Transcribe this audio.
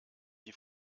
die